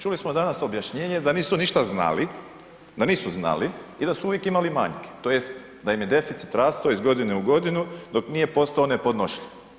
Čuli smo danas objašnjenje da nisu ništa znali, da nisu znali i da su uvijek imali manjke, tj. da im je deficit rastao iz godine u godinu dok nije posao nepodnošljiv.